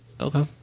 Okay